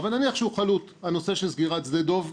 נניח שהנושא של סגירת שדה דב חלוט.